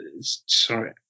Sorry